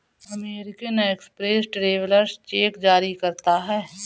American Express travellers cheque जारी करता है